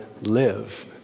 live